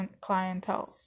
clientele